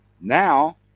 now